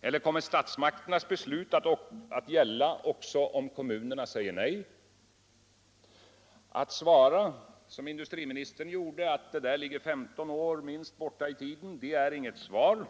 eller kommer statsmakternas beslut att gälla också vid kommunernas nej? Att svara, som industriministern gjorde, att det dröjer minst femton år innan vi behöver fatta ett sådant beslut är inget svar.